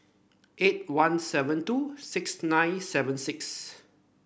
eight one seven two six nine seven six